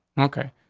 okay,